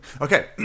Okay